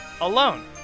alone